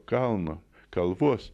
kalno kalvos